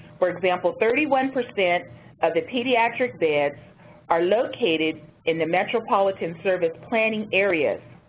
for example, thirty one percent of the pediatric beds are located in the metropolitan service planning areas.